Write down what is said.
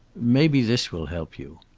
maybe this will help you.